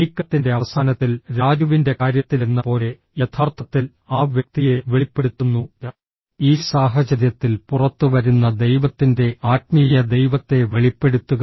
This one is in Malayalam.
നീക്കത്തിന്റെ അവസാനത്തിൽ രാജുവിന്റെ കാര്യത്തിലെന്നപോലെ യഥാർത്ഥത്തിൽ ആ വ്യക്തിയെ വെളിപ്പെടുത്തുന്നു ഈ സാഹചര്യത്തിൽ പുറത്തുവരുന്ന ദൈവത്തിൻ്റെ ആത്മീയ ദൈവത്തെ വെളിപ്പെടുത്തുക